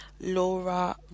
Laura